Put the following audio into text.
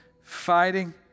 fighting